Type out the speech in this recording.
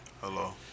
Hello